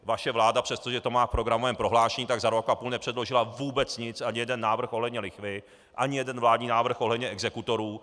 Vaše vláda, přestože to má v programovém prohlášení, tak za rok a půl nepředložila vůbec nic, ani jeden návrh ohledně lichvy, ani jeden vládní návrh ohledně exekutorů.